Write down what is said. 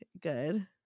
good